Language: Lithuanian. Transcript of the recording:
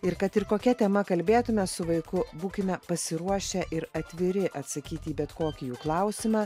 ir kad ir kokia tema kalbėtume su vaiku būkime pasiruošę ir atviri atsakyti į bet kokį jų klausimą